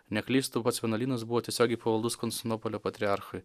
neklystu pats vienuolynas buvo tiesiogiai pavaldus konstantinopolio patriarchui